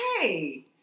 Hey